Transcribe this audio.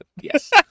yes